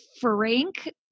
frank